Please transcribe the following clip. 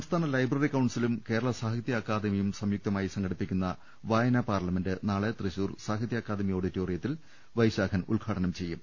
സംസ്ഥാന ലൈബ്രറി കൌൺസിലും കേരള സാഹിത്യ അക്കാ ദമിയും സംയുക്തമായി സംഘടിപ്പിക്കുന്ന വായനാ പാർലമെന്റ് നാളെ തൃശൂർ സാഹിതൃ അക്കാഡമി ഓഡിറ്റോറിയത്തിൽ വൈശാഖൻ ഉദ്ഘാ ടനം ചെയ്യും